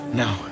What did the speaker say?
now